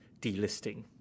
delisting